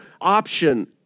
option